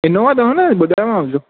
Innova अथव ना ॿुधायोमांव जो